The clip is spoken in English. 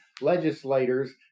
legislators